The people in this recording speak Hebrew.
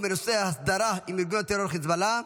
בנושא: הסדרה עם ארגון הטרור חיזבאללה.